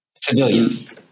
civilians